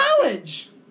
college